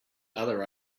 other